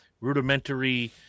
rudimentary